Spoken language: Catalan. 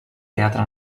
teatre